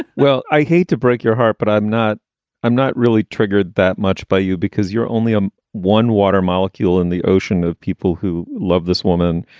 well, i hate to break your heart, but i'm not i'm not really triggered that much by you because you're only a one water molecule in the ocean of people who love this woman.